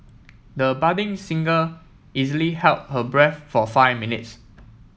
the budding singer easily held her breath for five minutes